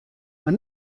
mar